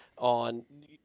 On